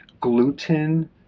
gluten